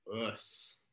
Yes